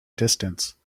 distance